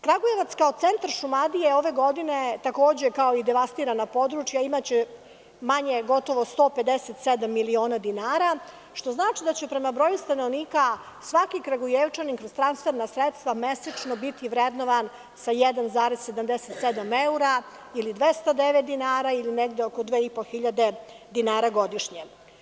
Kragujevac kao centar Šumadije ove godine, takođe kao i devastirana područja imaće manje gotovo 157 miliona dinara, što znači da će prema broju stanovnika, svaki Kragujevčanin kroz transferna sredstva mesečno biti vrednovan sa 1,77 evra, ili 209 dinara, ili negde oko 2.500 dinara godišnje.